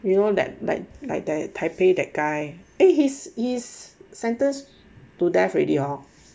you know that like like that taipei that guy eh he's he's sentenced to death already hor